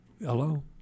Hello